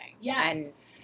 yes